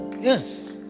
yes